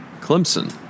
Clemson